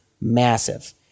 massive